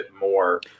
more